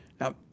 Now